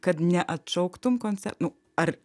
kad neatšauktum koncer nu ar